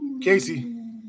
Casey